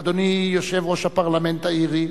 אדוני, יושב-ראש הפרלמנט האירי,